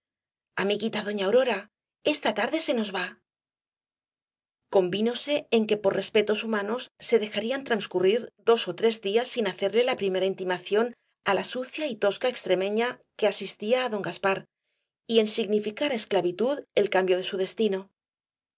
blancos amiguita doña aurora esta tarde se nos va convínose en que por respetos humanos se dejarían transcurrir dos ó tres días sin hacerle la primera intimación á la sucia y tosca extremeña que asistía á don gaspar y en significar á esclavitud el cambio de su destino